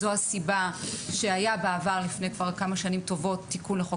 זו הסיבה שהיה בעבר כבר לפני כמה שנים טובות תיקון לחוק